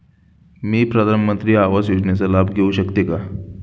मी प्रधानमंत्री आवास योजनेचा लाभ घेऊ शकते का?